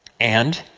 and.